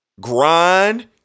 grind